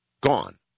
gone